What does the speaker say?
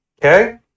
Okay